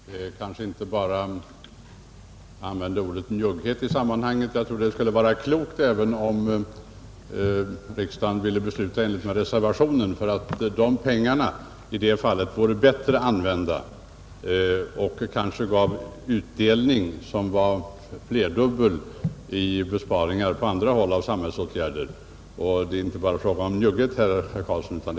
Herr talman! Vi skall kanske inte bara använda ordet njugghet i sammanhanget. Jag tror det skulle vara klokt om riksdagen ville besluta i enlighet med reservationen, för de pengar det gäller skulle då användas bättre och ge flerdubbel utdelning genom att besparingar kan göras när det gäller andra samhällsåtgärder. Det är inte bara fråga om njugghet här, herr Karlsson i Huskvarna.